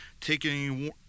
taking